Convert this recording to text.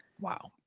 Wow